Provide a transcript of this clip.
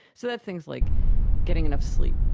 so that's things like getting enough sleep,